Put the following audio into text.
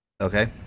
okay